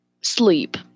sleep